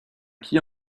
qui